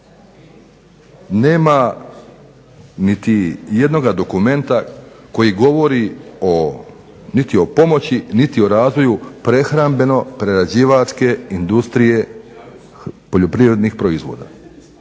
nema niti jednog dokumenta koji govori o niti o pomoći niti o razvoju prehrambeno prerađivačke industrije poljoprivrednih proizvoda.